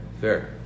fair